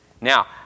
Now